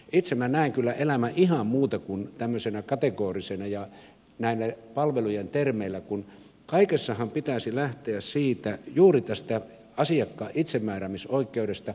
itse minä näen kyllä elämän ihan muuten kuin tämmöisenä kategorisena ja näiden palvelujen termeillä kun kaikessahan pitäisi lähteä juuri tästä asiakkaan itsemääräämisoikeudesta